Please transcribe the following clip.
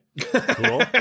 Cool